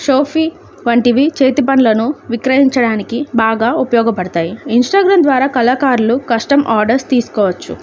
షోఫీ వంటివి చేతి పనులను విక్రయించడానికి బాగా ఉపయోగపడతాయి ఇంస్టాగ్రామ్ ద్వారా కళాకారులు కస్టమ్ ఆర్డర్స్ తీసుకోవచ్చు